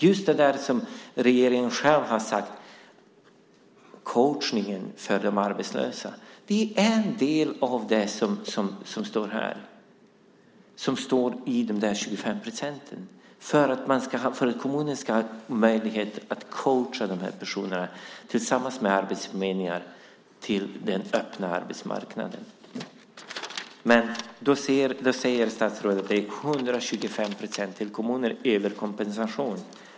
Just det som regeringen själv har sagt om coachningen för de arbetslösa är en del av det som de 25 procenten ska gå till. Kommunen ska ha möjlighet att tillsammans med arbetsförmedlingarna coacha de här personerna så att de kan komma ut på den öppna arbetsmarknaden. Men statsrådet säger att 125 procent till kommunerna är överkompensation!